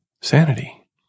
sanity